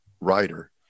writer